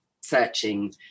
searching